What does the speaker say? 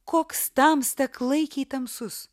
koks tamsta klaikiai tamsus